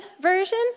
version